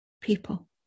people